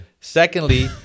Secondly